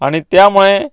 आनी त्या मुळे